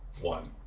one